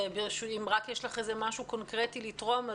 אז משפט אחרון, רק אם יש לך משהו קונקרטי לתרום.